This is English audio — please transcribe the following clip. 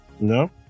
No